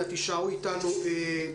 הנה, התוכנית מופיעה כאן.